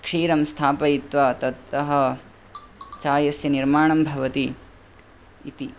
क्षीरं स्थापयित्वा ततः चायस्य निर्माणं भवति इति